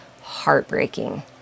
heartbreaking